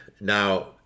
Now